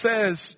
says